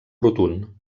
rotund